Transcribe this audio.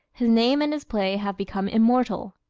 his name and his play have become immortal.